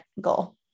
goal